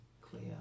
clear